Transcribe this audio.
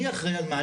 מי אחראי על מה?